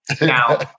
Now